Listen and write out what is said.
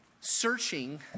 searching